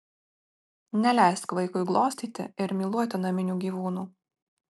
neleisk vaikui glostyti ir myluoti naminių gyvūnų